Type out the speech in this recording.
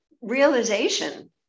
realization